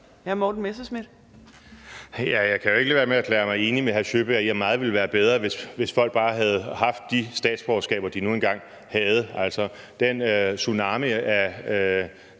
Jeg kan jo ikke lade være med at erklære mig enig med hr. Nils Sjøberg i, at meget ville være bedre, hvis folk bare havde haft de statsborgerskaber, som de nu engang havde. Altså, den tsunami af